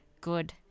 Good